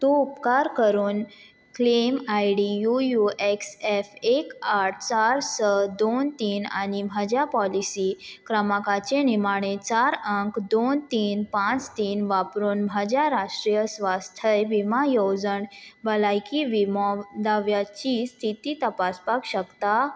तूं उपकार करून claim I D U U X F एक आठ चार स दोन तीन आनी म्हज्या पॉलिसी क्रमांकाचे निमाणें चार आंक दोन तीन पांच तीन वापरून म्हज्या राष्ट्रीय स्वास्थय विम येवजण भलायकी विमो दाव्याची स्थिती तपासपाक शकता